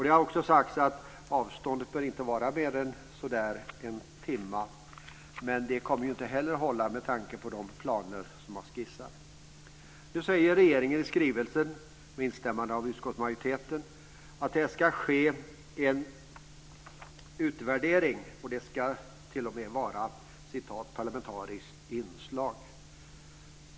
Det har också sagts att restiden inte bör vara längre än cirka en timme, men det kommer ju inte att hålla med tanke på de planer som har skissats. Nu säger regeringen i skrivelsen, med instämmande av utskottsmajoriteten, att det ska ske en utvärdering och att den t.o.m. ska ha "parlamentariskt inslag".